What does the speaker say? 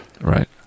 Right